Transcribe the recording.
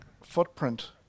footprint